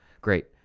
Great